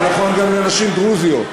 זה נכון גם לנשים דרוזיות,